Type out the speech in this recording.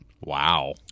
Wow